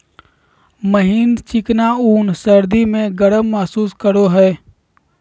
महीन चिकना ऊन सर्दी में गर्म महसूस करेय हइ